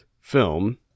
film